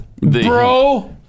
Bro